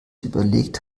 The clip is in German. überlegt